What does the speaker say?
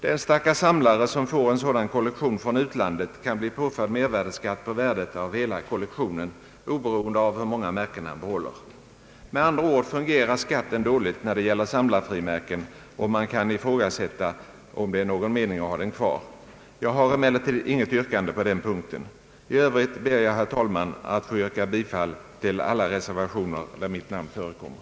Den stackars samlare som får en sådan kollektion från utlandet kan bli påförd mervärdeskatt på värdet av hela kollektionen, oberoende av hur många märken han behåller. Med andra ord fungerar beskattningen dåligt när det gäller samlarfrimärken, och man kan ifrågasätta om det är någon mening att ha den kvar. Jag har emellertid inget yrkande på den punkten. I övrigt ber jag, herr talman, att få yrka bifall till alla reservationer där mitt namn förekommer.